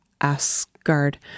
Asgard